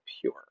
pure